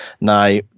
Now